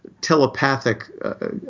telepathic